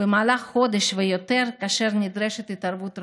במהלך חודש ויותר כאשר נדרשת התערבות רפואית?